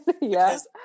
yes